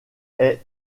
est